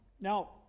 now